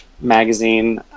magazine